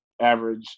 average